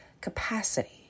capacity